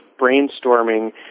brainstorming